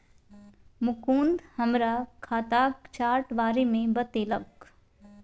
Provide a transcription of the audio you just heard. मुकुंद हमरा खाताक चार्ट बारे मे बतेलक